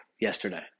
yesterday